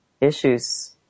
issues